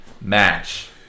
match